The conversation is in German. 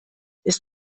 ist